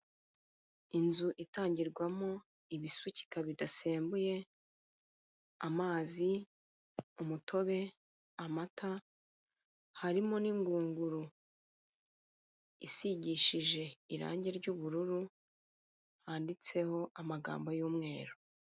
Inzu itangirwamo ibisukika bidasembuye, amazi, umutobe, umata harimo n'ingunguru isigishije irangi ry'ubururu handitseho amagambo y'umweru.